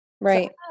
Right